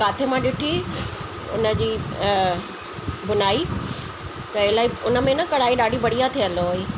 किथे मां ॾिठी उनजी अ बुनाई त इलाहीं उनमें न कढ़ाई ॾाढी बढ़िया थियल हुई